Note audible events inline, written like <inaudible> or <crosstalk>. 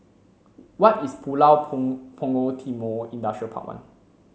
why is Pulau <unintelligible> Punggol Timor Industrial Park one